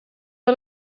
wel